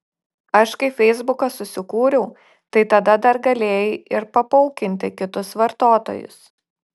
aš kai feisbuką susikūriau tai tada dar galėjai ir papaukinti kitus vartotojus